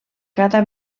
cada